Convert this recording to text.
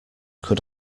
could